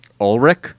Ulrich